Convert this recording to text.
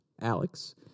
Alex